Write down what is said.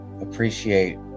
Appreciate